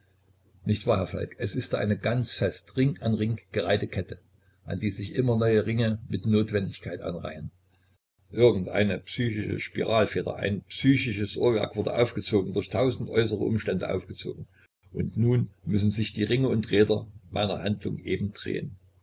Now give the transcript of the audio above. nicht wahr herr falk es ist da eine ganz fest ring an ring gereihte kette an die sich immer neue ringe mit notwendigkeit anreihen irgend eine psychische spiralfeder ein psychisches uhrwerk wurde aufgezogen durch tausend äußere umstände aufgezogen und nun müssen sich die ringe und räder meiner handlung eben drehen